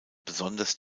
besonders